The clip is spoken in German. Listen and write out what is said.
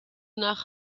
nach